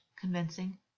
convincing